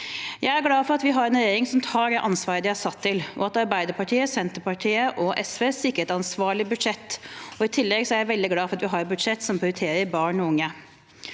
Jeg er glad for at vi har en regjering som tar det ansvaret de er satt til, og at Arbeiderpartiet, Senterpartiet og SV sikrer et ansvarlig budsjett. I tillegg er jeg veldig glad for at vi har et budsjett som prioriterer barn og unge.